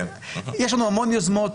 יש לנו המון יוזמות,